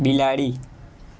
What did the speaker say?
બિલાડી